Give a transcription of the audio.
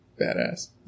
badass